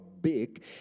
big